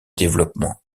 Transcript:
développement